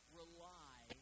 rely